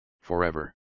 forever